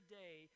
day